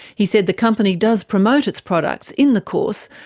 he said the company does promote its products in the course,